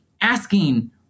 asking